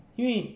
因为